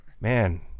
Man